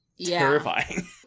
terrifying